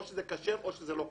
או שזה כשר או שזה לא כשר.